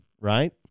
right